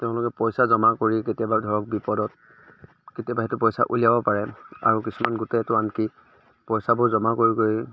তেওঁলোকে পইচা জমা কৰি কেতিয়াবা ধৰক বিপদত কেতিয়াবা সেইটো পইচা উলিয়াব পাৰে আৰু কিছুমান গোটেতো আনকি পইচাবোৰ জমা কৰি কৰি